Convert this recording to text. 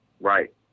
Right